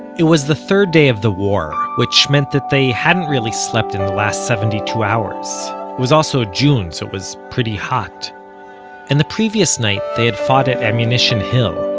it was the third day of the war, which meant that they hadn't really slept in the last seventy-two hours. it was also june, so it was pretty hot and the previous night they had fought at ammunition hill,